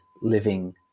living